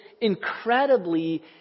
incredibly